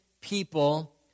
people